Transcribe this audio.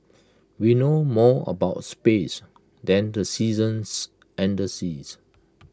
we know more about space than the seasons and the seas